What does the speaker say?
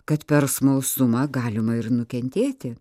kad per smalsumą galima ir nukentėti